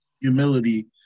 humility